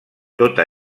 tota